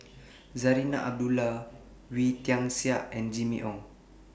Zarinah Abdullah Wee Tian Siak and Jimmy Ong